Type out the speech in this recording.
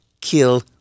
kill